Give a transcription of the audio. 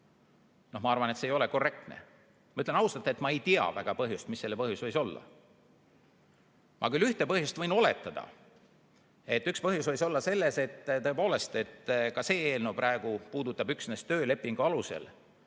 Ma arvan, et see ei ole korrektne. Ma ütlen ausalt, et ma väga ei tea, mis selle põhjus võis olla. Ma küll ühte põhjust võin oletada. Üks põhjus võis olla selles, et tõepoolest, ka see eelnõu praegu puudutab üksnes töölepingu alusel